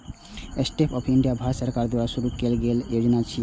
stand up India Bharat सरकार द्वारा शुरू कैल गेल योजना छियै